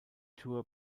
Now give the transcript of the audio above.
tour